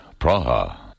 Praha